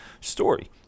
story